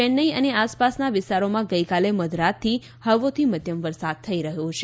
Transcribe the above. ચેન્નાઈ અને આસપાસના વિસ્તારોમાં ગઈકાલે મધ રાતથી હળવોથી મધ્યમ વરસાદ થઈ રહ્યો છે